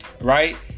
right